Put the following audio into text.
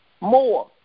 More